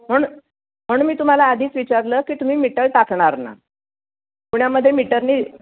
म्हण म्हणून मी तुम्हाला आधीच विचारलं की तुम्ही मीटर टाकणार ना पुण्यामध्ये मीटरने